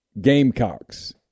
Gamecocks